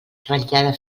ratllada